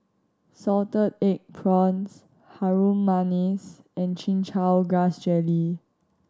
salted egg prawns Harum Manis and Chin Chow Grass Jelly